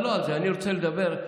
אבל לא על זה, אני רוצה לדבר על,